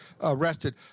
arrested